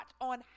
on